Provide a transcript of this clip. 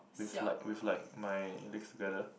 with like with like my legs together